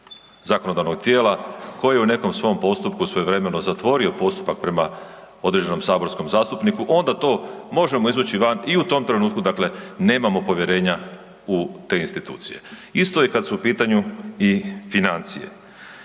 zakonodavnog tijela koje u nekom svom postupku svojevremeno zatvorio postupak prema određenom saborskom zastupniku, onda to možemo izvući van i u tom trenutku dakle, nemamo povjerenja u te institucije. Isto je kad su u pitanju i financije.